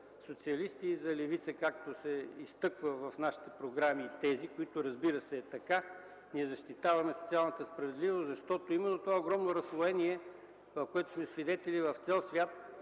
за социалисти и за левица, както се изтъква в нашите програми и тези. Разбира се, това е така – ние защитаваме социалната справедливост, защото именно огромното разслоение, на което сме свидетели в цял свят,